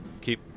keep